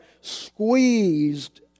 squeezed